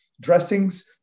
dressings